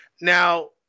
Now